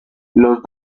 los